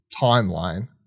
timeline